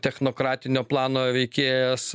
technokratinio plano veikėjas